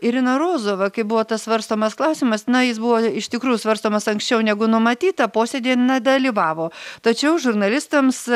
irina rozova kai buvo tas svarstomas klausimas na jis buvo iš tikrųjų svarstomas anksčiau negu numatyta posėdyje nedalyvavo tačiau žurnalistams